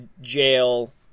jail